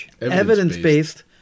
evidence-based